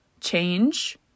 change